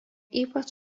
ypač